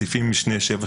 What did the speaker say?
סעיפי משנה (7),